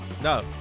No